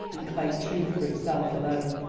and claimed truth for itself alone.